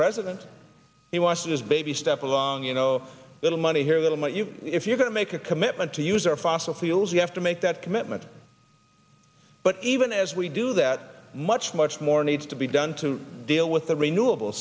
president he watches baby step along you know a little money here a little but you if you're going to make a commitment to use our fossil fuels you have to make that commitment but even as we do that much much more needs to be done to deal with the renewable